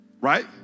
Right